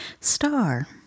Star